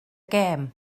gêm